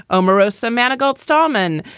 omarosa manigault, stollman,